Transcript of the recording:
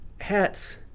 hats